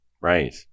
Right